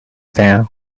down